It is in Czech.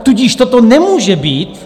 Tudíž toto nemůže být....